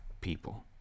people